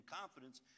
confidence